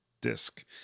disc